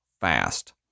fast